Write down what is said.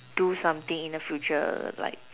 do something in the future like